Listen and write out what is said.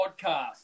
podcast